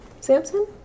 Samson